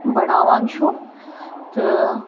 بڑاوان چھُ تہٕ